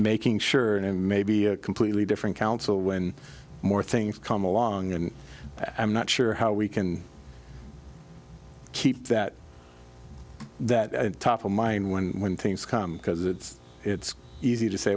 making sure and maybe a completely different council when more things come along and i'm not sure how we can keep that that top of mind when when things come because it's it's easy to say